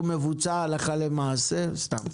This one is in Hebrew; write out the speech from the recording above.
הוא מבוצע הלכה למעשה סתם,